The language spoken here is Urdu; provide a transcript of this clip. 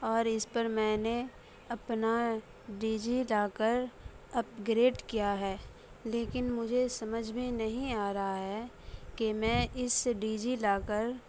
اور اس پر میں نے اپنا ڈی جی لاکر اپگریڈ کیا ہے لیکن مجھے سمجھ میں نہیں آ رہا ہے کہ میں اس ڈی جی لاکر